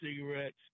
cigarettes